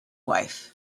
wife